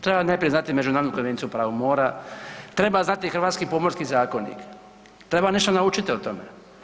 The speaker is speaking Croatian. Treba najprije znati Međunarodnu konvenciju o pravu mora, treba znati Hrvatski pomorski zakonik, treba nešto naučiti o tome.